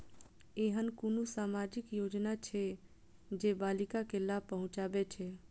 ऐहन कुनु सामाजिक योजना छे जे बालिका के लाभ पहुँचाबे छे?